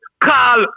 call